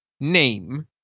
name